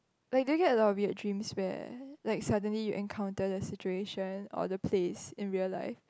like do you get a lot of weird dreams where like suddenly you encounter the situation or the place in real life